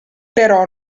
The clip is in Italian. però